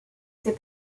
ces